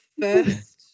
first